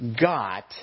got